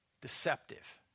deceptive